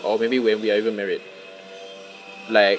or maybe when we are even married like